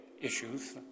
issues